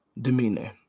demeanor